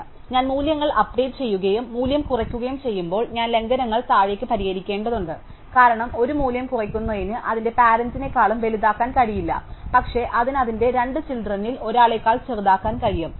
അതിനാൽ ഞാൻ മൂല്യങ്ങൾ അപ്ഡേറ്റ് ചെയ്യുകയും മൂല്യം കുറയ്ക്കുകയും ചെയ്യുമ്പോൾ ഞാൻ ലംഘനങ്ങൾ താഴേക്ക് പരിഹരിക്കേണ്ടതുണ്ട് കാരണം ഒരു മൂല്യം കുറയ്ക്കുന്നതിന് അതിന്റെ പാരന്റ്നെക്കാളും വലുതാക്കാൻ കഴിയില്ല പക്ഷേ അതിന് അതിന്റെ രണ്ട് ചിൽഡ്രനിൽ ഒരാളേക്കാൾ ചെറുതാക്കാൻ കഴിയും